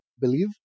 believe